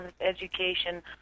education